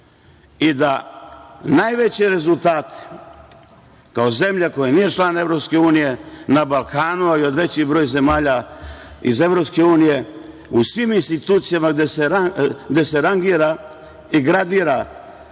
Najveće rezultate, kao zemlja koja nije član EU na Balkanu, a i od većih broja zemalja iz EU, u svim institucijama gde se rangira i gradira,